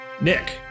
Nick